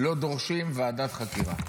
לא דורשים ועדת חקירה.